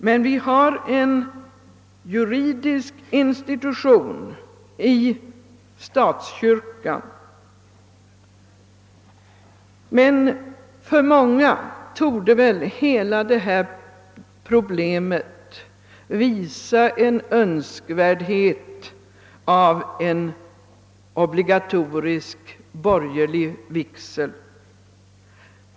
Men vi har en juridisk institution i statskyrkan. För många torde väl detta problem visa önskvärdheten av en obligatorisk borgerlig vigsel.